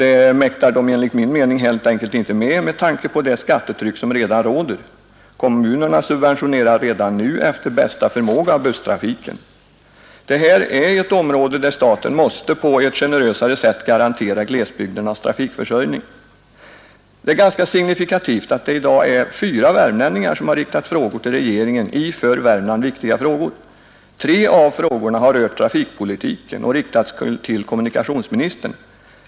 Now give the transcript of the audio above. Enligt min mening mäktar de helt enkelt inte med det, med tanke på det skattetryck som redan råder. Redan nu subventionerar kommunerna busstrafiken efter bästa förmåga. Detta är ett område där staten på ett mera generöst sätt måste garantera glesbygdernas trafikförsörjning. Det är ganska signifikativt att det i dag är fyra värmlänningar som har riktat frågor till regeringen i för Värmland viktiga frågor. Tre av dessa frågor har rört trafikpolitiken och riktats till kommunikationsministern.